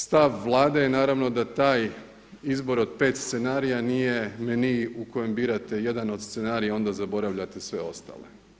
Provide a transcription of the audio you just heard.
Stav Vlade je naravno da taj izbor od pet scenarija nije meni u kojem birate jedan od scenarija, onda zaboravljate sve ostale.